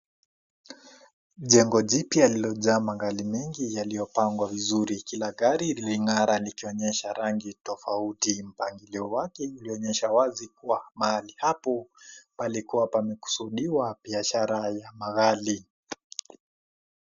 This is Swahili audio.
Jengo jipya lililojaa magali mengi yaliyopangwa vizuri, kila gari lilingara likionesha rangi tofauti mpangilio wake ulionesha wazi kuwa mahali hapo palikua pamekusudiwa biashara ya magali.